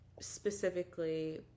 specifically